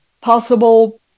possible